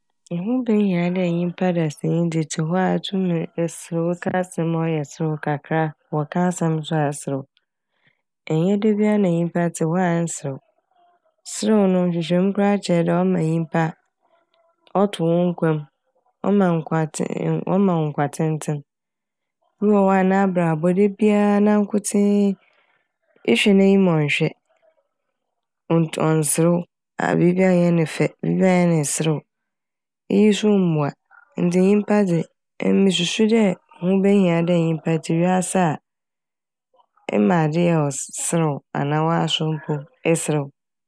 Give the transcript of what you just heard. Ho behia dɛ nyimpa dasanyi de etse hɔ a itum eserew eka asɛm a ɔyɛ serew kakra a wɔka asɛm so a serew nnyɛ dabia na nyimpa etse hɔ a ɛnnserew. Serew no nhwehwɛmu koraa kyerɛ dɛ ɔma nyimpa a ɔto wo nkwa m' ɔma wo nkwa tsee- ɔma wo nkwa tsentsen. Obi wɔ hɔ a n'abrabɔ dabia nankotsee ehwɛ n'enyim a ɔnnhwɛ onntu- ɔnnserew aa- biibia nnyɛ ne fɛ biibia mnyɛ ne serew. Iyi so mmoa ntsi nyimpa dze emi mususu dɛ ho behia dɛ nyimpa ɛtse wiase a ema adze yɛ wo sere - serew anaa woaso mpo eserew.